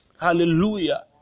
Hallelujah